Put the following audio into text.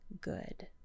good